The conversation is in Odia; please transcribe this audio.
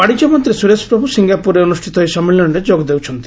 ବାଣିଜ୍ୟ ମନ୍ତ୍ରୀ ସୁରେଶ ପ୍ରଭୁ ସିଙ୍ଗାପୁରରେ ଅନୁଷ୍ଠିତ ଏହି ସମ୍ମିଳନୀରେ ଯୋଗ ଦେଉଛନ୍ତି